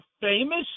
famous